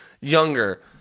younger